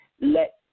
Let